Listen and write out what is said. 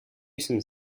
some